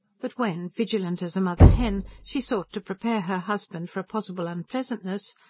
but when, vigilant as a mother-hen, she sought to prepare her husband for a possible unpleasantness,